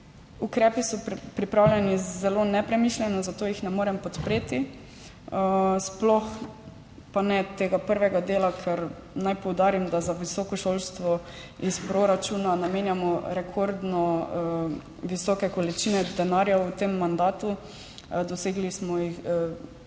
Ukrepi so pripravljeni zelo nepremišljeno, zato jih ne morem podpreti. Sploh pa ne tega prvega dela, ker naj poudarim, da za visoko šolstvo iz proračuna namenjamo rekordno visoke količine denarja v tem mandatu. Dosegli smo proračunska